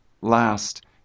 Last